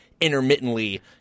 intermittently